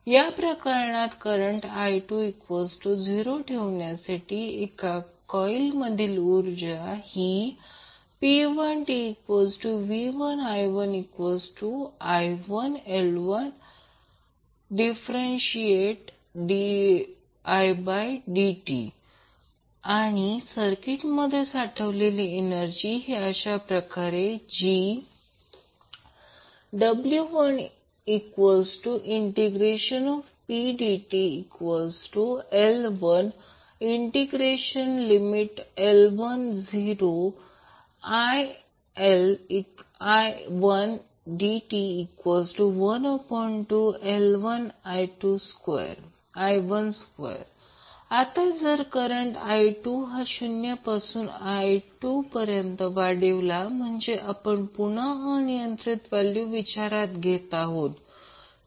या प्रकरणात current i20 ठेवण्यासाठी एका कॉइल मधील ऊर्जा ही p1tv1i1i1L1di1dt आणि सर्किटमध्ये साठवलेली एनर्जी अशाप्रकारे w1p1dtL10I1i1dt12L1I12 आता जर करंट i2 हा 0 पासून i2 पर्यंत वाढवला म्हणजे आपण पुन्हा अनियंत्रित व्हॅल्यू विचारात घेत आहोत